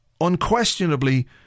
Unquestionably